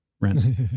rent